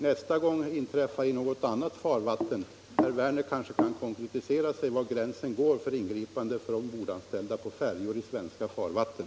Nästa gång inträffar det i något annat farvatten. Herr Werner kanske kan konkretisera var gränsen går för ingripande då det gäller ombordanställda på färjor i svenska farvatten.